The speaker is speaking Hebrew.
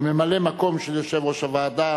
או ממלא-מקום יושב-ראש הוועדה,